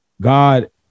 God